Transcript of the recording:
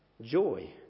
Joy